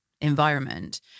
environment